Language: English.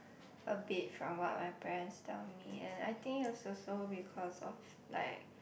a bit from what my parents tell me and I think it's also because of like